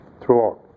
throughout